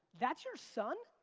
that's your son?